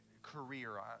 career